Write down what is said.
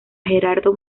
gerardo